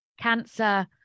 cancer